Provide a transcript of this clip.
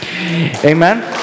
amen